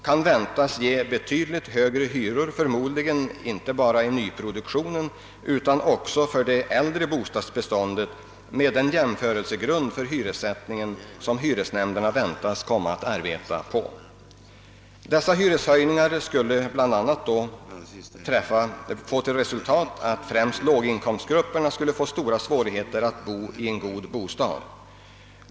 — kan väntas ge betydligt högre hyror, förmodligen inte bara för nyproduktionen utan också för det äldre bostadsbeståndet med den jämförelsegrund för hyressättningen som hyresnämnderna väntas komma ait arbeta på. Dessa hyreshöjningar skulle bl.a. få till resultat att främst låginkomstgrupperna skulle få stora svårigheter att bo i en god bostad.